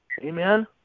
Amen